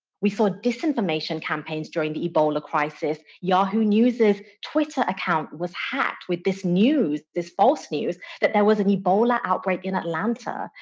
we saw disinformation campaigns during the ebola crisis. yahoo news' twitter account was hacked with this news, this false news, that there was an ebola outbreak in atlanta.